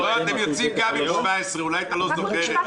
אתם יוצאים גם עם 18, אולי אתה לא זוכר את זה